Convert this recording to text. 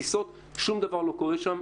בטיסות שום דבר לא קורה שם,